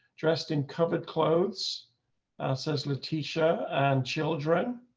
dressed in covered clothes says leticia and children.